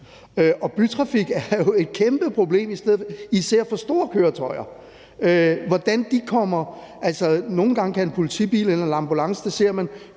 bytrafik er jo et kæmpeproblem især for store køretøjer. Altså, nogle gange kan en politibil eller en ambulance – det ser man